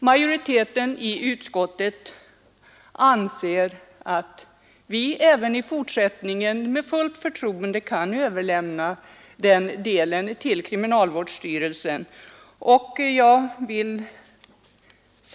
Majoriteten i utskottet anser att vi även i fortsättningen med fullt förtroende kan överlämna den uppgiften till kriminalvårdsstyrelsen.